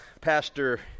pastor